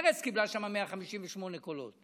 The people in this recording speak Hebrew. מרצ קיבלה שם 158 קולות.